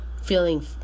feeling